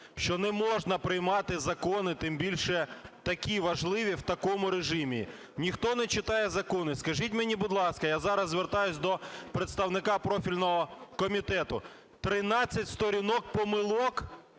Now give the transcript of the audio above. що не можна приймати закони, тим більше такі важливі, в такому режимі. Ніхто не читає закони. Скажіть мені, будь ласка - я зараз звертаюсь до представника профільного комітету, - 13 сторінок помилок